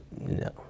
no